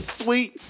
sweet